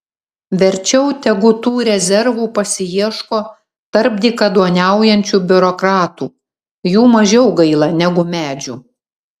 verčiau tegu tų rezervų pasiieško tarp dykaduoniaujančių biurokratų jų mažiau gaila negu medžių